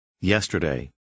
yesterday